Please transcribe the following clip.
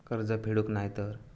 कर्ज फेडूक नाय तर?